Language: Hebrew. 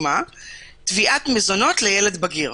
תביעת מזונות לילד בגיר.